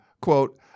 quote